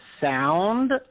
sound